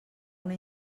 una